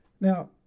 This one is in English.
Now